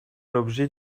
l’objet